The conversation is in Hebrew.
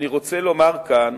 אני רוצה לומר כאן